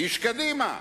איש קדימה.